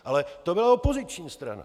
Ale to byla opoziční strana.